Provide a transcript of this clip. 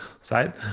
side